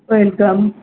welcome